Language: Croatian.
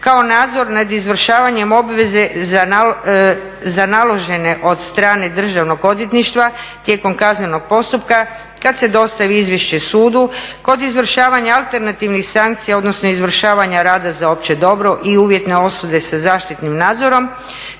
kao nadzor nad izvršavanjem obveze za naložene od strane Državnog odvjetništva tijekom kaznenog postupka kad se dostavi izvješće sudu kod izvršavanja alternativnih sankcija odnosno izvršavanja rada za opće dobro i uvjetne osude sa zaštitnim nadzorom